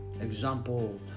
Example